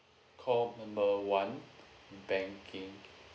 call number one banking